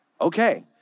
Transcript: okay